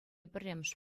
пӗрремӗш